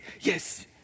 yes